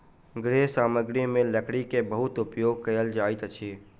गृह सामग्री में लकड़ी के बहुत उपयोग कयल जाइत अछि